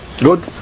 Good